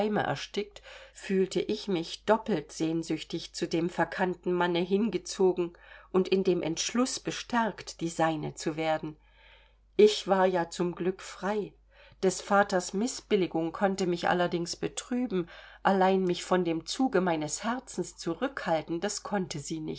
erstickt fühlte ich mich doppelt sehnsüchtig zu dem verkannten manne hingezogen und in dem entschluß bestärkt die seine zu werden ich war ja zum glück frei des vaters mißbilligung konnte mich allerdings betrüben allein mich von dem zuge meines herzens zurückhalten das konnte sie